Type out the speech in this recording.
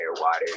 water